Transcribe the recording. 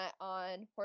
on